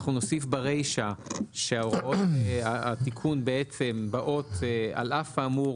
אנחנו נוסיף ברישה שהוראות התיקון באות על אף האמור